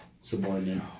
subordinate